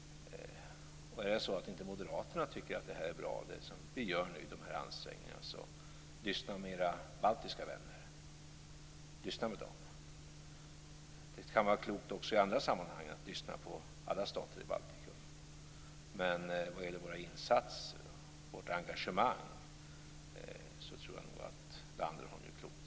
Är det så att ni moderater inte tycker att de ansträngningar vi nu gör är bra tycker jag att ni skall lyssna på era baltiska vänner. Lyssna på dem. Det kan vara klokt också i andra sammanhang att lyssna på alla stater i Baltikum. Vad gäller våra insatser, vårt engagemang, tror jag nog att Landerholm gör klokt i att lyssna.